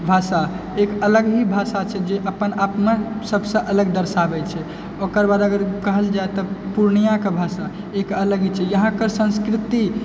भाषा एक अलग ही भाषा छै जे अपना आपमे सबसँ अलग दर्शाबै छै ओकर बाद अगर कहल जाइ तऽ पूर्णियाके भाषा एक अलग ही छै यहाँकर संस्कृति